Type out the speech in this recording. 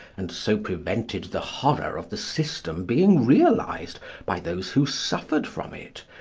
and so prevented the horror of the system being realised by those who suffered from it,